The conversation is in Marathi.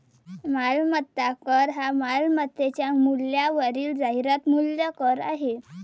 मालमत्ता कर हा मालमत्तेच्या मूल्यावरील जाहिरात मूल्य कर आहे